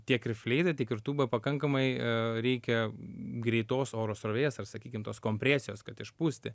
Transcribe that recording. tiek ir fleitai tiek ir tūba pakankamai reikia greitos oro srovės ar sakykim tos kompresijos kad išpūsti